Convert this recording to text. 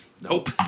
Nope